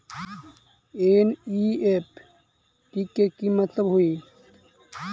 NEFT के कि मतलब होइ?